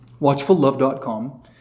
watchfullove.com